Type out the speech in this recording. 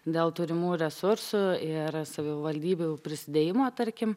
dėl turimų resursų ir savivaldybių prisidėjimo tarkim